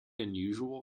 unusual